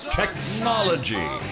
technology